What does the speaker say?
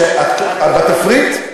בתפריט,